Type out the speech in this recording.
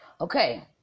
Okay